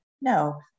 no